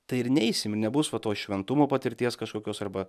tai ir neisim nebus va to šventumo patirties kažkokios arba